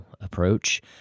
approach